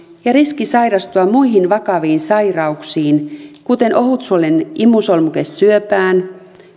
ja riski sairastua muihin vakaviin sairauksiin kuten ohutsuolen imusolmukesyöpään